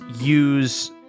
use